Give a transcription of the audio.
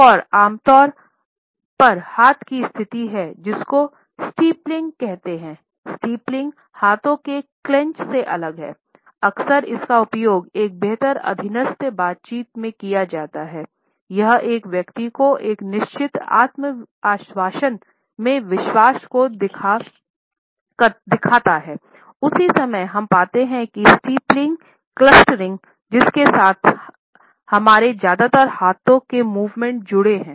एक और आमतौर पर हाथ की स्थिति है उसको स्टिप्लिंग जिसके साथ हमारे ज्यादातर हाथों मूवमेंट जुड़े हैं